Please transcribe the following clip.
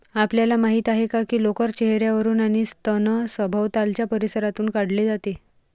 आपल्याला माहित आहे का लोकर चेहर्यावरून आणि स्तन सभोवतालच्या परिसरातून काढले जाते